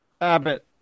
Abbott